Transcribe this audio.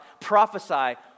prophesy